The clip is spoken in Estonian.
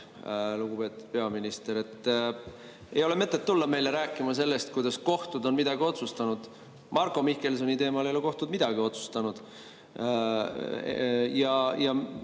lugupeetud peaminister. Ei ole mõtet tulla meile rääkima sellest, kuidas kohtud on midagi otsustanud. Marko Mihkelsoni teemal ei ole kohtud midagi otsustanud. Ja